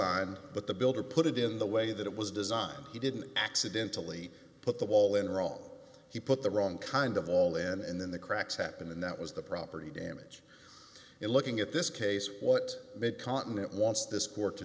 designed but the builder put it in the way that it was designed he didn't accidentally put the wall in wrong he put the wrong kind of all in and then the cracks happened and that was the property damage in looking at this case what mitt continent wants this court to